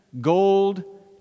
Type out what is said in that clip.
gold